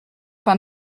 pain